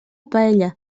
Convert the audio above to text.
paella